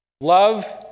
Love